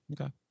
Okay